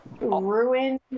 ruin